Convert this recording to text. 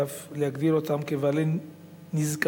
ואף להגדיר אותם כבעלי נזקקוּת